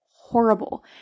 horrible